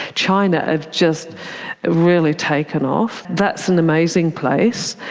china have just really taken off. that's an amazing place.